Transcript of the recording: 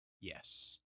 yes